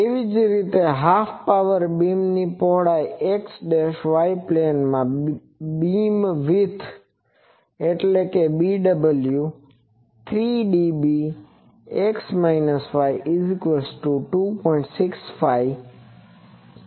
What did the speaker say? તેવી જ રીતે હાફ પાવર બીમની પહોળાઈ એ x y પ્લેનમાં બીમવિડ્થ એટલે કે 3db x y 2